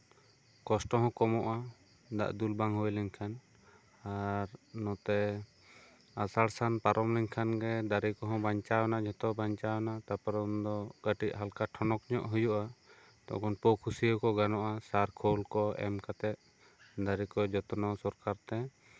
ᱠᱚᱥᱴᱚ ᱦᱚᱸ ᱠᱚᱢᱚᱜᱼᱟ ᱫᱟᱜ ᱫᱩᱞ ᱵᱟᱝ ᱦᱩᱭ ᱞᱮᱱᱠᱷᱟᱱ ᱟᱨ ᱱᱚᱛᱮ ᱟᱥᱟᱲ ᱥᱟᱱ ᱯᱟᱨᱚᱢ ᱞᱮᱱᱠᱷᱟᱱ ᱜᱮ ᱫᱟᱨᱮ ᱠᱚᱦᱚᱸ ᱵᱟᱧᱪᱟᱣ ᱮᱱᱟ ᱡᱚᱛᱚ ᱵᱟᱧᱪᱟᱣ ᱮᱱᱟ ᱛᱟᱨᱯᱚᱨᱮ ᱩᱱᱫᱚ ᱠᱟᱴᱤᱡ ᱦᱟᱞᱠᱟ ᱴᱷᱚᱱᱚᱠ ᱧᱚᱜ ᱦᱩᱭᱩᱜᱼᱟ ᱛᱚᱠᱷᱚᱱ ᱚᱞᱯᱚ ᱠᱷᱩᱥᱤ ᱜᱟᱱᱚᱜᱼᱟ ᱥᱟᱨᱠᱷᱳᱞ ᱠᱚ ᱮᱢ ᱠᱟᱛᱮᱜ ᱫᱟᱨᱮ ᱠᱚ ᱡᱚᱛᱱᱚ ᱥᱚᱨᱠᱟᱨᱛᱮ